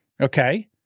Okay